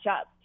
up